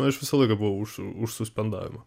aš visą laiką buvau už už suspendavimą